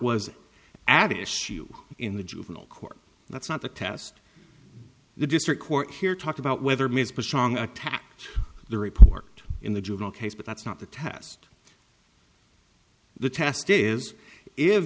was added issue in the juvenile court that's not the test the district court here talked about whether mr chang attack the report in the juvenile case but that's not the test the test is if